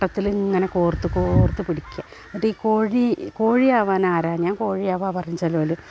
ട്ടത്തിൽ ഇങ്ങനെ കോർത്തു കോർത്തു പിടിക്കുക എന്നിട്ടീ കോഴി കോഴിയാകാനാരാ ഞാൻ കോഴിയാകുക പറഞ്ഞേച്ചാലോല്